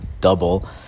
double